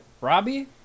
Robbie